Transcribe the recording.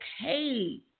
okay